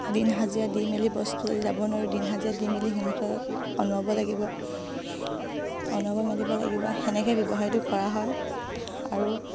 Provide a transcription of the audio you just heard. দিন হাজিৰা দি মেলি বস্তু যদি যাব নোৱাৰোঁ দিন হাজিৰা দি মেলি সিহঁতক অনোৱাব লাগিব অনোৱাব মেলিব লাগিব সেনেকৈ ব্যৱসায়টো কৰা হয় আৰু